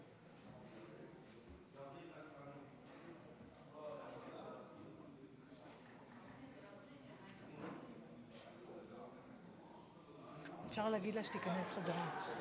יציג,